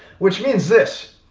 which means this,